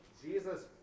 Jesus